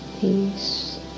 peace